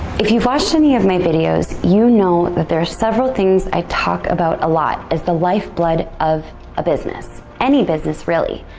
if you've watched an of my videos, you know that there's several things i talk about a lot as the life blood of a business, any business really,